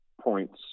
points